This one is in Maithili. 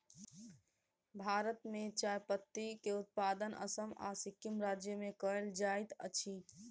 भारत में चाह पत्ती के उत्पादन असम आ सिक्किम राज्य में कयल जाइत अछि